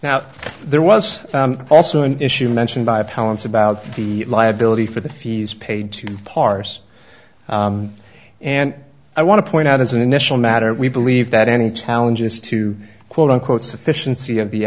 now there was also an issue mentioned by palin's about the liability for the fees paid to parse and i want to point out as an initial matter we believe that any challenges to quote unquote sufficiency of the